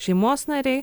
šeimos nariai